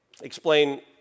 explain